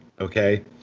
okay